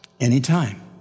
anytime